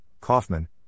Kaufman